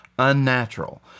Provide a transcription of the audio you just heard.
Unnatural